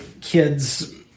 kids